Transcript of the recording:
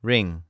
Ring